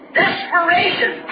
desperation